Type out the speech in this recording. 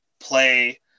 play